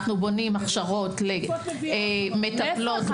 אנחנו בונים הכשרות --- מאיפה את מביאה אותן?